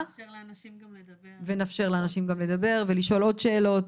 ונאפשר לאנשים גם לדבר ולשאול עוד שאלות.